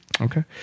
Okay